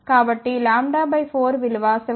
కాబట్టి lambda by 4 విలువ 7